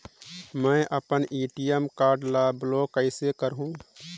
मै अपन ATM card ल ब्लाक कइसे करहूं?